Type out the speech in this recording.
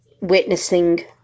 witnessing